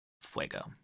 fuego